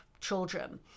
children